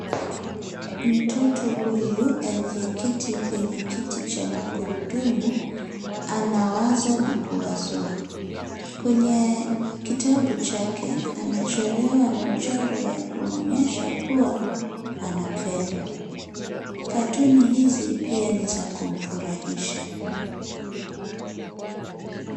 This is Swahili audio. Mtoto huyu aliyeketi kwenye kiti cha magurudumu anawaza na kuwazua kwenye kitabu chake amechorewa michoro ya kumwonyesha kuwa anapendwa. Katuni hizi pia ni za kumfurahisha.